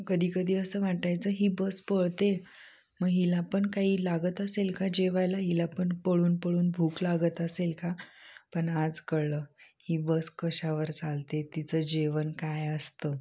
कधीकधी असं वाटायचं ही बस पळते मग हिला पण काही लागत असेल का जेवायला हिला पण पळून पळून भूक लागत असेल का पण आज कळलं ही बस कशावर चालते तिचं जेवण काय असतं